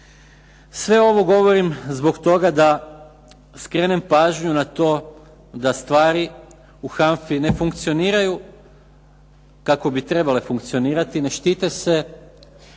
Sve ovo govorim zbog toga da skrenem pažnju na to da stvari u HANFA-i ne funkcioniraju kako bi trebale funkcionirati, ne štite se